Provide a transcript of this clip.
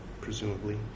presumably